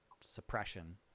suppression